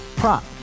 prop